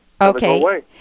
Okay